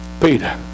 Peter